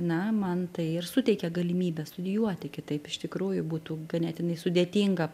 na man tai ir suteikė galimybę studijuoti kitaip iš tikrųjų būtų ganėtinai sudėtinga